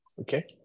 okay